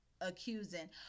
accusing